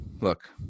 look